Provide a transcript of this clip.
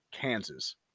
Kansas